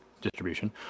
distribution